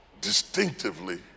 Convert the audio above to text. Distinctively